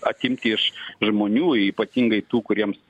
atimti iš žmonių ypatingai tų kuriems